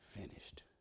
finished